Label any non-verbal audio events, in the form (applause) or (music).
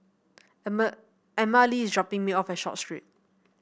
(unintelligible) Emmalee is dropping me off at Short Street